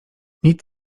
nic